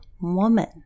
woman